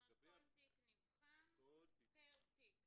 זאת אומרת, כל תיק נבחן פר תיק.